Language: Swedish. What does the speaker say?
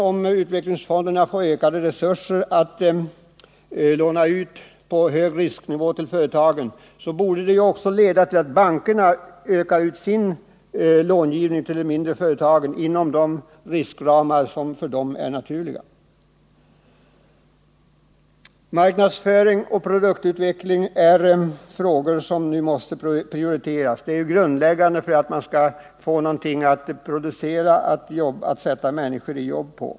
Om utvecklingsfonderna får ökade resurser att låna ut på hög risknivå till företagen, borde detta leda till att också bankerna ökar sin långivning till de mindre företagen inom de riskramar som för bankerna är naturliga. Marknadsföring och produktutveckling är frågor som måste prioriteras. De är grundläggande, om man skall kunna få någonting att producera som går att sälja och som skapar verksamhet som ger människor arbete.